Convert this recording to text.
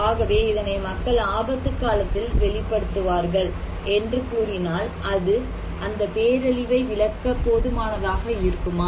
ஆகவே இதனை மக்கள் ஆபத்துக்காலத்தில் வெளிப்படுத்துவார்கள் என்று கூறினால் அது அந்த பேரழிவை விளக்க போதுமானதாக இருக்குமா